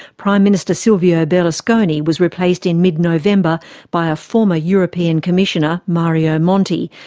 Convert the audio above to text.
prime minister silvio berlusconi was replaced in mid-november by a former european commissioner, mario monti,